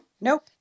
Nope